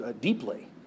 deeply